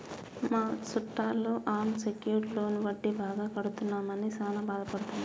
మా సుట్టాలు unsecured loan వడ్డీ బాగా కడుతున్నామని సాన బాదపడుతున్నారు